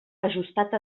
ajustat